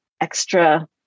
extra